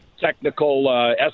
technical